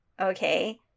okay